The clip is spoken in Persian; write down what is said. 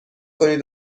کنید